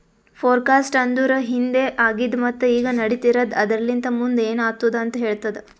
forecast ಅಂದುರ್ ಹಿಂದೆ ಆಗಿದ್ ಮತ್ತ ಈಗ ನಡಿತಿರದ್ ಆದರಲಿಂತ್ ಮುಂದ್ ಏನ್ ಆತ್ತುದ ಅಂತ್ ಹೇಳ್ತದ